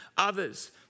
Others